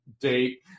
date